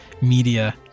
media